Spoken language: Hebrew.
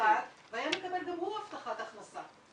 כנפרד והיה מקבל גם הוא הבטחת הכנסה.